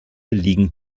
liegen